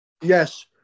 Yes